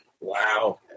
Wow